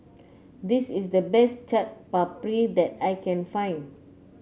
this is the best Chaat Papri that I can find